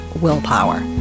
willpower